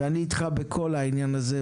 ואני איתך בכל העניין הזה,